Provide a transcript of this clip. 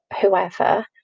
whoever